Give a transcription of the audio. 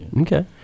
Okay